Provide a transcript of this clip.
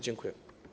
Dziękuję.